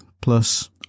plus